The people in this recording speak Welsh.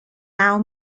naw